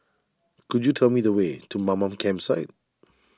could you tell me the way to Mamam Campsite